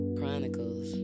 Chronicles